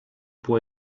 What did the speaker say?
può